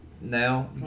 now